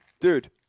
dude